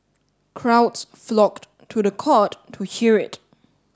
crowds flocked to the court to hear it